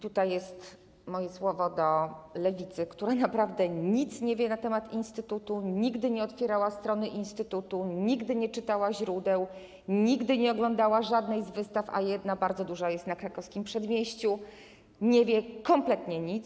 Tutaj jest moje słowo do Lewicy, która naprawdę nic nie wie na temat instytutu, nigdy nie otwierała strony instytutu, nigdy nie czytała źródeł, nigdy nie oglądała żadnej z wystaw - a jedna bardzo duża jest na Krakowskim Przedmieściu - nie wie kompletnie nic.